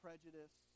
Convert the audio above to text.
prejudice